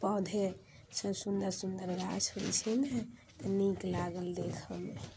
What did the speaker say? पौधे सब सुन्दर सुन्दर गाछ जे छै ने तऽ नीक लागल देखऽमे